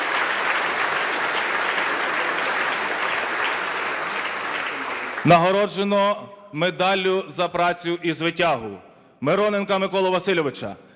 Нагороджено медаллю "За працю і звитягу": Мироненка Миколу Васильовича,